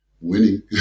winning